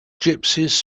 gypsies